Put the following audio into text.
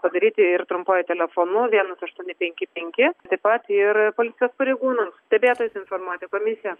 padaryti ir trumpuoju telefonu vienas aštuoni penki penki taip pat ir policijos pareigūnams stebėtojus informuoti komisiją